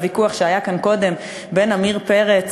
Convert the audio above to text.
לוויכוח שהיה כאן קודם עם עמיר פרץ,